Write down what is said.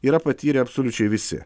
yra patyrę absoliučiai visi